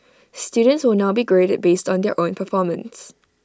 students will now be graded based on their own performance